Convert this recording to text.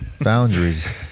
Boundaries